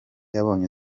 yabonye